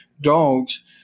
dogs